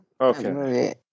Okay